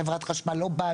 חברת חשמל לא באה,